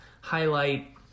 highlight